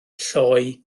lloi